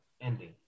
ending